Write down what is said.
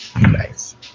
Nice